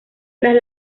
tras